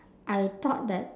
I thought that